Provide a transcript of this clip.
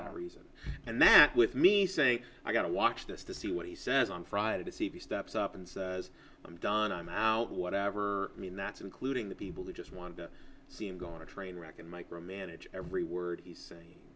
that reason and that with me say i got to watch this to see what he says on friday to see if he steps up and says i'm done i'm out whatever i mean that's including the people who just want to see i'm going to train wreck and micromanage every word he's saying